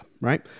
right